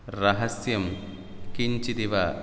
रहस्यं किञ्चिदिव